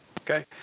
Okay